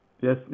Yes